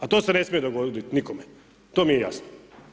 Ali to se ne smije dogoditi nikome, to mi je jasno.